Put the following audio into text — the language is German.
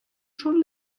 schon